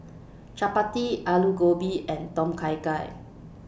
Chapati Alu Gobi and Tom Kha Gai